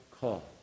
call